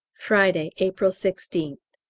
friday, april sixteenth.